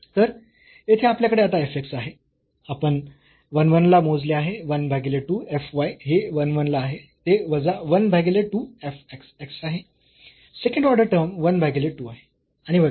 तर येथे आपल्याकडे आता f x आहे आपण 1 1 ला मोजले आहे 1 भागीले 2 f y हे 1 1 ला आहे ते वजा 1 भागीले 2 f x x आहे सेकंड ऑर्डर टर्म 1 भागीले 2 आहे आणि वगैरे